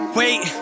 wait